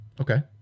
Okay